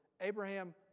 Abraham